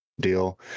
deal